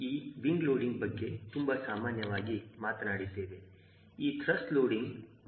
ನಾವು ಈ wing loading ಬಗ್ಗೆ ತುಂಬಾ ಸಾಮಾನ್ಯವಾಗಿ ಮಾತನಾಡಿದ್ದೇವೆ ಈ ತ್ರಸ್ಟ್ ಲೋಡಿಂಗ್ ಬಗ್ಗೆ ಕೂಡ ಚರ್ಚಿಸಿದ್ದೇವೆ